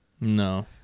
no